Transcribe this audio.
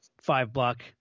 five-block